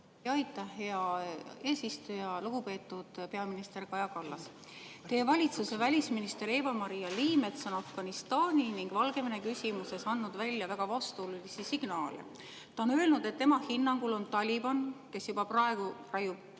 Aitäh, hea eesistuja! Lugupeetud peaminister Kaja Kallas! Teie valitsuse välisminister Eva-Maria Liimets on Afganistani ning Valgevene küsimuses andnud välja väga vastuolulisi signaale. Ta on öelnud, et tema hinnangul on Taliban, kes juba praegu raiub